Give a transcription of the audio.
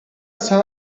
saw